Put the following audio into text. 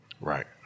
Right